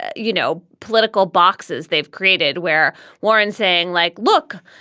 ah you know, political boxes they've created where warren saying like, look,